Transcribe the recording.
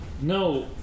No